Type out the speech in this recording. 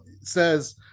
says